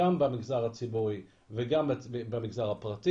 גם במגזר הציבורי וגם במגזר הפרטי,